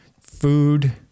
food